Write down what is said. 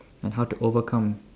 and how to overcome